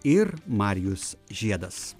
ir marijus žiedas